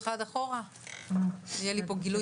משרד הבריאות והאוצר בנושא --- עכשיו עמד על כך שלא יהיה שום איקס.